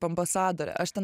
ambasadore aš ten